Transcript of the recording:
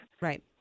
Right